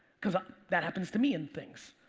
cause that happens to me in things.